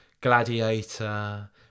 Gladiator